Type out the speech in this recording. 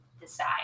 decide